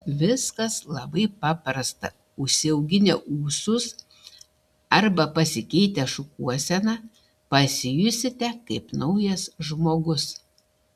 viskas labai paprasta užsiauginę ūsus arba pasikeitę šukuoseną pasijusite kaip naujas žmogus